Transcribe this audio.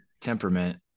temperament